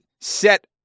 set